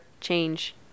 change